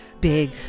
big